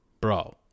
bro